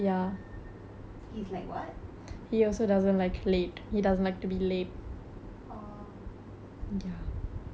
oh oh that's nice அப்புறம் வேற என்ன வீட்டில யார் எல்லாம் நாய் குட்டி எல்லாம் வளர்க்கிறியா:appuram vera enna vittila ellaam naai kutti ellaam valarkkiriyaa